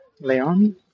Leon